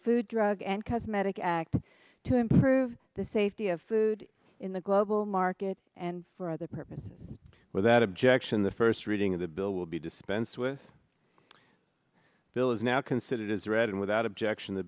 food drug and cosmetic act to improve the safety of food in the global market and for that purpose without objection the first reading of the bill will be dispensed with a bill is now considered as read and without objection t